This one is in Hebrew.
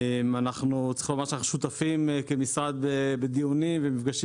צריך לומר שאנחנו שותפים כמשרד בדיונים ובמפגשים